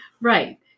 right